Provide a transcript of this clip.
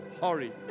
hurry